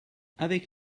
avec